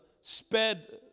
sped